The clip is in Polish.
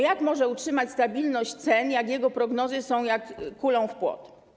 Jak może utrzymać stabilność cen, jak jego prognozy są jak kulą w płot?